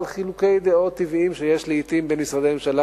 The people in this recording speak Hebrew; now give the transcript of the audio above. חילוקי דעות טבעיים שיש לעתים בין משרדי ממשלה,